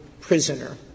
prisoner